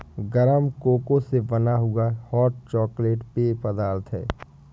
गरम कोको से बना हुआ हॉट चॉकलेट पेय पदार्थ है